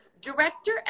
director